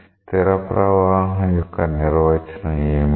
స్థిర ప్రవాహం యొక్క నిర్వచనం ఏమిటి